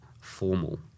formal